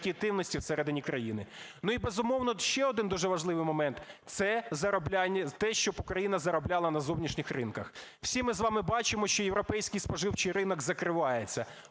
І, безумовно, ще один дуже важливий момент – це те, щоб Україна заробляла на зовнішніх ринках. Всі ми з вами бачимо, що європейський споживчий ринок закривається.